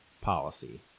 policy